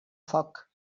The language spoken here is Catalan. foc